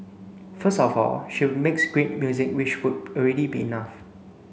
first of all she makes great music which would already be enough